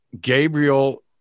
Gabriel